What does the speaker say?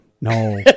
No